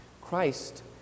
Christ